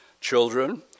Children